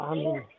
Amen